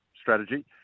strategy